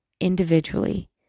individually